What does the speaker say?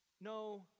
no